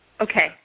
Okay